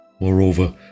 Moreover